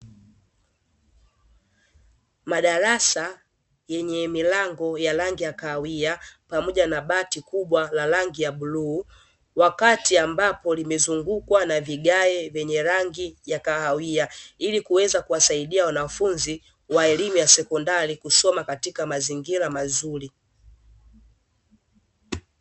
Madarasa yenye milango ya rangi ya kahawia pamoja na bati kubwa la rangi ya buluu, wakati ambapo limezungukwa na vigaye venye rangi ya kahawia, ili kuweza kuwasaidia wanafunzi wa elimu ya sekondari kusoma katika mazingira mazuri.